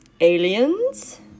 aliens